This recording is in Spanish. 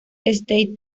state